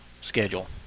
schedule